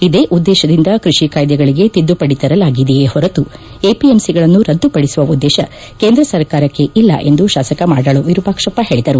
ಇದೇ ಉದ್ದೇಶದಿಂದ ಕೃಷಿ ಕಾಯಿದೆಗಳಿಗೆ ತಿದ್ದುಪಡಿ ತರಲಾಗಿದೆಯೇ ಹೊರತು ಎಪಿಎಂಸಿಗಳನ್ನು ರದ್ದುಪಡಿಸುವ ಉದ್ದೇಶ ಕೇಂದ್ರ ಸರ್ಕಾರಕ್ಕೆ ಇಲ್ಲವೆಂದು ಶಾಸಕ ಮಾಡಾಳು ವಿರುಪಾಕ್ಷಪ್ಪ ಹೇಳಿದರು